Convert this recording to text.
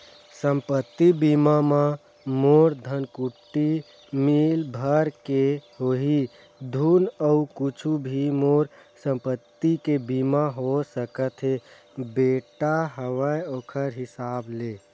संपत्ति बीमा म मोर धनकुट्टी मील भर के होही धुन अउ कुछु भी मोर संपत्ति के बीमा हो सकत हे बेटा हवय ओखर हिसाब ले?